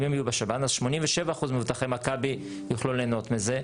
אם הם יהיו בשב"ן אז 87% ממבוטחי מכבי יוכלו ליהנות מזה.